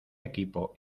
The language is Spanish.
equipo